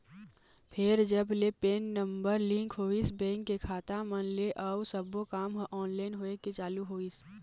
फेर जब ले पेन नंबर लिंक होइस बेंक के खाता मन ले अउ सब्बो काम ह ऑनलाइन होय के चालू होइस